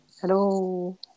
Hello